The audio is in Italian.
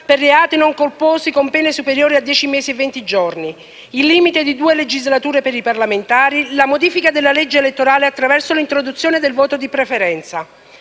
per reati non colposi con pene superiori a dieci mesi e venti giorni; il limite di due legislature per i parlamentari; la modifica della legge elettorale attraverso l'introduzione del voto di preferenza.